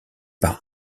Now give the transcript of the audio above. par